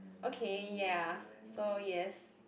okay ya so yes